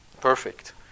Perfect